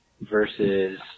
versus